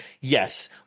yes